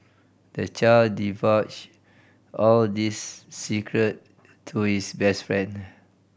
the child divulged all this secret to his best friend